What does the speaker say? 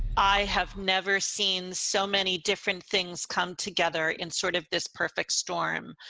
i have never seen so many different things come together in sort of this perfect storm.